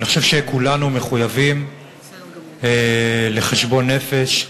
אני חושב שכולנו מחויבים לחשבון נפש,